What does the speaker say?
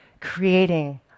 creating